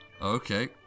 Okay